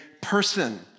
person